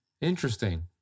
Interesting